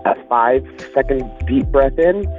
a five-second deep breath in.